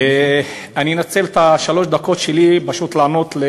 אני אנצל את שלוש הדקות שלי פשוט לענות על